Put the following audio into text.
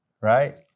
right